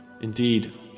Indeed